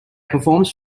performs